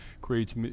creates